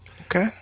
Okay